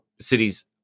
cities